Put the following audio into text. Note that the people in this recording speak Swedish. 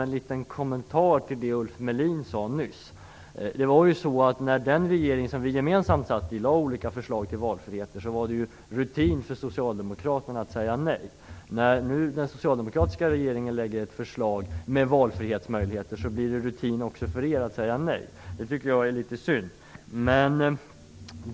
En liten kommentar till det Ulf Melin sade nyss: När den regering som bådas våra partier satt i lade fram olika förslag till valfriheter var det ju rutin för Socialdemokraterna att säga nej. När nu den socialdemokratiska regeringen lägger fram ett förslag med valfrihetsmöjligheter blir det rutin också för er att säga nej. Det tycker jag är litet synd.